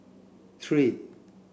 three